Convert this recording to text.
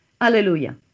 Hallelujah